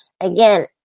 Again